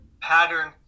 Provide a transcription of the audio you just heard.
pattern